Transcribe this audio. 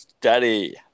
Daddy